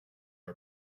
our